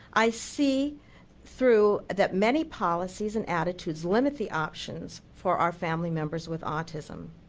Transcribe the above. i see through that many policies and attitudes limit the options for our family members with autism.